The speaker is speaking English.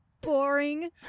Boring